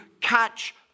catch